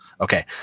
Okay